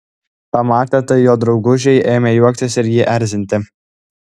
pamatę tai jo draugužiai ėmė juoktis ir jį erzinti